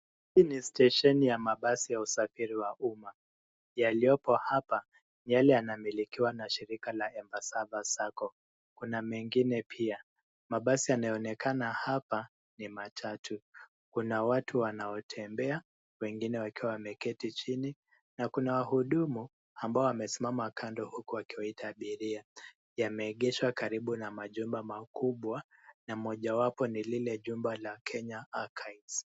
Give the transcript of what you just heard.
Hii ni stesheni ya mabasi ya usafiri wa umma yaliyopo hapa ni yale yanamilikiwa na shirika la Embassava Sacco kuna mengine pia. Mabasi yanayonekana hapa ni matatu. Kuna watu wanaotembea, wengine wakiwa wameketi chini na kuna wahudumu ambao wamesimama kando huku wakiwaita abiria. Yameegeshwa karibu na majumba makubwa na mojawapo ni lile jumba la Kenya Archives.